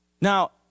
Now